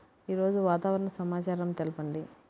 ఈరోజు వాతావరణ సమాచారం తెలుపండి